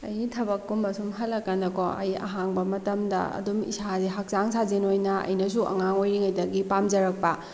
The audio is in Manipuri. ꯑꯩꯒꯤ ꯊꯕꯛꯀꯨꯝꯕ ꯁꯨꯝ ꯍꯜꯂꯛꯀꯥꯟꯗꯀꯣ ꯑꯩ ꯑꯍꯥꯡꯕ ꯃꯇꯝꯗ ꯑꯗꯨꯝ ꯏꯁꯥꯁꯦ ꯍꯛꯆꯥꯡ ꯁꯥꯖꯦꯜ ꯑꯣꯏꯅ ꯑꯩꯅꯁꯨ ꯑꯉꯥꯡ ꯑꯣꯏꯔꯤꯉꯩꯗꯒꯤ ꯄꯥꯝꯖꯔꯛꯄ